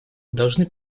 должны